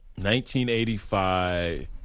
1985